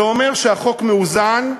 זה אומר שהחוק מאוזן,